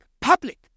public